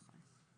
נכון.